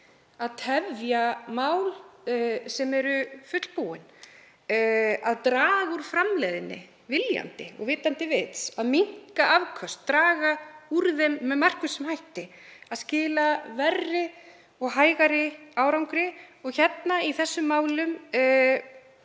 að tefja mál sem eru fullbúin, að draga úr framleiðni, viljandi og vitandi vits, að minnka afköst, draga úr þeim með markvissum hætti, að skila verri og hægari árangri? Í þessum málum